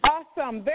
Awesome